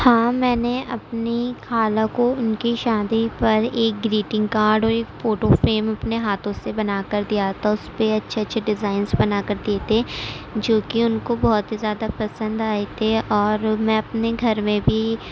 ہاں میں نے اپنی خالہ کو اُن کی شادی پر ایک گریٹنگ کارڈ اور ایک فوٹو فریم اپنے ہاتھوں سے بنا کر دیا تھا اُس پہ اچھے اچھے ڈیزائنس بنا کر دیے تھے جو کہ اُن کو بہت ہی زیادہ پسند آئے تھے اور میں اپنے گھر میں بھی